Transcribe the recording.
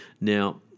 Now